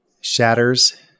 shatters